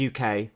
UK